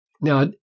Now